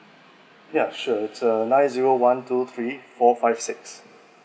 yeah sure it's uh nine zero one two three four five six